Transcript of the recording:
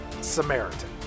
Samaritan